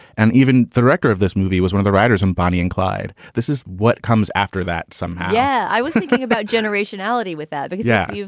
and even director of this movie was one of the writers. and bonnie and clyde, this is what comes after that somehow yeah, i was thinking about generation. ality with that. yeah yeah.